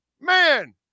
man